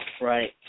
Right